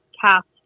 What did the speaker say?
cast